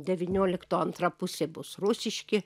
devyniolikto antra pusė bus rusiški